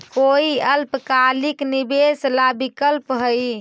कोई अल्पकालिक निवेश ला विकल्प हई?